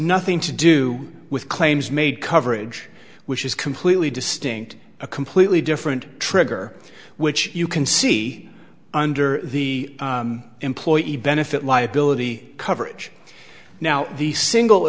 nothing to do with claims made coverage which is completely distinct a completely different trigger which you can see under the employee benefit liability coverage now the single